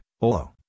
Olo